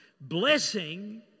Blessing